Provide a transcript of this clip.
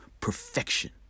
perfection